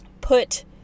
put